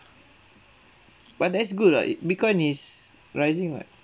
but that's good [what] bitcoin is rising [what]